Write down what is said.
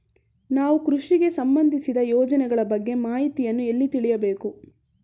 ನಾವು ಕೃಷಿಗೆ ಸಂಬಂದಿಸಿದ ಯೋಜನೆಗಳ ಬಗ್ಗೆ ಮಾಹಿತಿಯನ್ನು ಎಲ್ಲಿ ತಿಳಿಯಬೇಕು?